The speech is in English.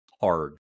hard